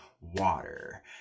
water